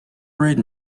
rate